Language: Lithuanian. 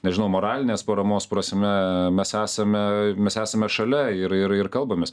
nežinau moralinės paramos prasme mes esame mes esame šalia ir ir ir kalbamės